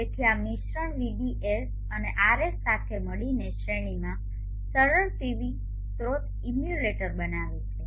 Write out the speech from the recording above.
તેથી આ મિશ્રણ Vdc અને RS સાથે મળીને શ્રેણીમાં સરળ પીવી સ્રોત ઇમ્યુલેટર બનાવે છે